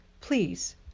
Please